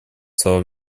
слова